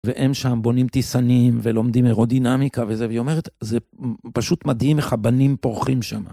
והם שם בונים טיסנים ולומדים אירודינמיקה וזה, והיא אומרת, זה פשוט מדהים איך הבנים פורחים שם.